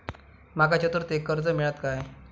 माका चतुर्थीक कर्ज मेळात काय?